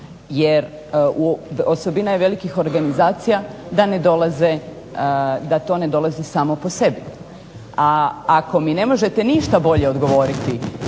jer osobina je velikih organizacija da ne dolaze, da to ne dolazi samo po sebi. A ako mi ne možete ništa bolje odgovoriti